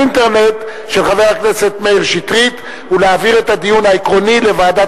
ממשלת מקדוניה להנצחת זיכרון השואה ולהנחלת תולדותיה לדורות